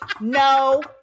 No